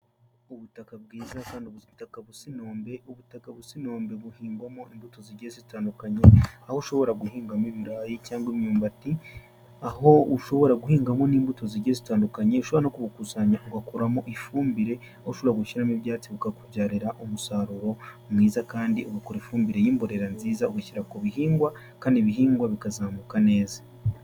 Ubutaka bwiza kandi ubuzataka busa inombe. Ubutaka busa inombe buhingwamo imbuto zigiye zitandukanye, aho ushobora guhingamo ibirayi cyangwa imyumbati. Aho ushobora guhingamo n'imbuto zigiye zitandukanye, ushobora no kuwukusanya ugakuramo ifumbire ushobora gushyiramo ibyatsi ikakubyarira umusaruro mwiza kandi ugakora ifumbire y'imbonerera nziza uwushyira ku bihingwa, kandi ibihingwa bikazamuka neza.